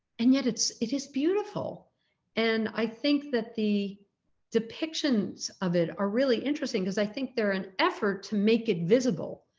and yet it is beautiful and i think that the depictions of it are really interesting because i think they're an effort to make it visible,